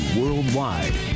worldwide